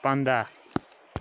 پنٛداہ